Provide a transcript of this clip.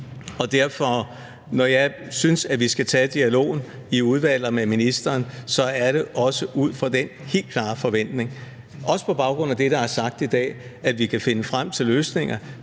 er det, når jeg synes, at vi skal tage dialogen i udvalget og med ministeren, også ud fra den helt klare forventning – også på baggrund af det, der er sagt i dag – at vi kan finde frem til løsninger,